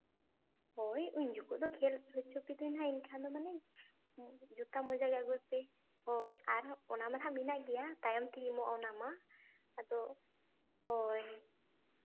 ᱦᱳᱭ ᱩᱱ ᱡᱚᱠᱷᱚᱱ ᱫᱚ ᱠᱷᱮᱞ ᱦᱚᱪᱚ ᱯᱮᱫᱩᱧ ᱦᱟᱸᱜ ᱤᱧ ᱠᱷᱟᱱ ᱫᱚ ᱢᱟᱱᱮ ᱡᱚᱛᱟᱹ ᱢᱚᱡᱟ ᱜᱮ ᱟᱹᱜᱩᱭ ᱯᱮ ᱦᱳᱭ ᱟᱨ ᱚᱱᱟ ᱢᱟ ᱦᱟᱸᱜ ᱢᱮᱱᱟᱜ ᱜᱮᱭᱟ ᱛᱟᱭᱚᱢᱛᱤᱧ ᱮᱢᱚᱜᱼᱟ ᱚᱱᱟ ᱢᱟ ᱟᱫᱚ ᱦᱳᱭ